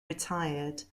retired